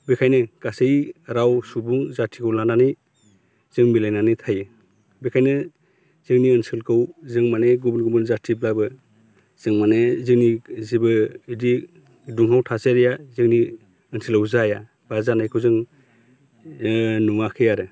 बेखायनो गासै राव सुबुं जाथिखौ लानानै जों मिलायनानै थायो बेखायनो जोंनि ओनसोलखौ जों माने गुबुन गुबुन जाथिब्लाबो जों माने जोंनि जेबो बिदि दुंहाव थासारिया जोंनि ओनसोलाव जाया बा जानायखौ जों ओ नुवाखै आरो